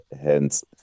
hence